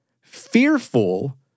fearful